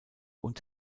und